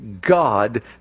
God